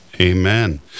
Amen